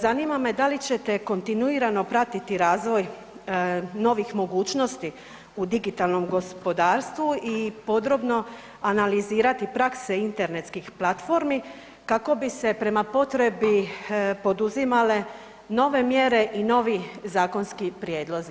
Zanima me da li ćete kontinuirano pratiti razvoj novih mogućnosti u digitalnom gospodarstvo i podrobno analizirati prakse internetskih platformi kako bi se prema potrebi poduzimale nove mjere i novi zakonski prijedlozi?